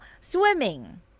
swimming